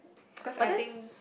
because I think